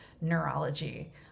neurology